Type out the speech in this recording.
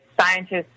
scientists